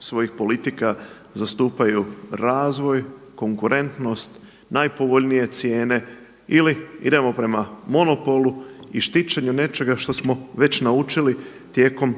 svojih politika zastupaju razvoj, konkurentnost, najpovoljnije cijene ili idemo prema monopolu i štićenju nečega što smo već naučili tijekom